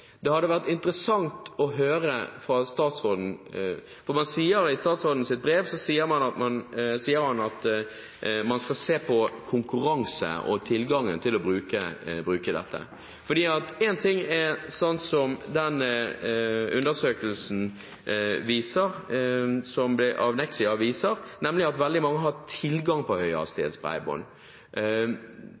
Det hadde vært interessant å høre fra statsråden. I statsrådens brev sier han at man skal se på konkurranse og tilgangen til å bruke dette. Én ting er, sånn som undersøkelsen til Nexia viser, at veldig mange har tilgang på høyhastighetsbredbånd,